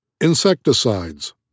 Insecticides